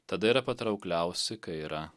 tada yra patraukliausi kai yra